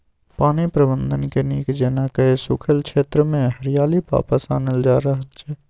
पानि प्रबंधनकेँ नीक जेना कए सूखल क्षेत्रमे हरियाली वापस आनल जा रहल छै